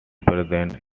present